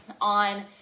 on